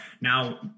Now